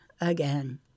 again